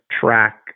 track